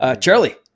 Charlie